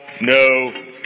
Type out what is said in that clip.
no